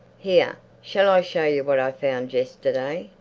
here, shall i show you what i found yesterday?